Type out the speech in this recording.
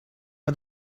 for